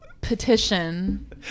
petition